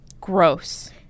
Gross